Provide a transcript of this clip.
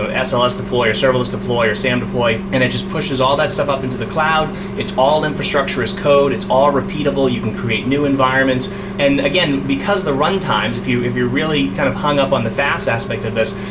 ah so deploy, or serverless deploy, or sam deploy, and it just pushes all that stuff up into the cloud. it's all infrastructure as code. it's all repeatable. you can create new environments and again, because the runtimes, if you if you really kind of hung up on the fast aspect of this,